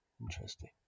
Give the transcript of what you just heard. Interesting